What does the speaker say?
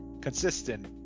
consistent